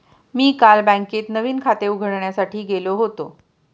मी काल बँकेत नवीन खाते उघडण्यासाठी गेलो होतो